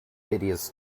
piteous